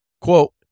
Quote